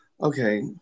okay